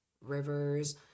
rivers